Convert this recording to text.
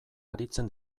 aritzen